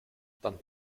dann